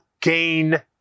gain